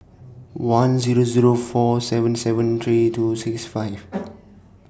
one Zero Zero four seven seven three two six five